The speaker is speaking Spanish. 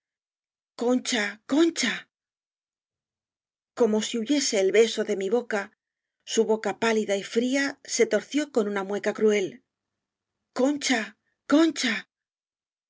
concha concha como si huyese el beso de mi boca su boca pálida y fría se torció con una mueca cruel concha concha